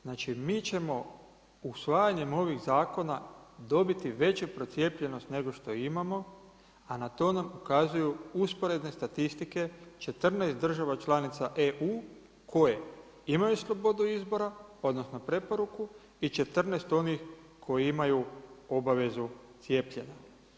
Znači, mi ćemo usvajanjem ovih zakona dobiti veću procijepljenost nego što imamo, a na to nam ukazuju usporedne statistike 14 država članica EU koje imaju slobodu izbora, odnosno preporuku i 14 onih koji imaju obavezu cijepljenja.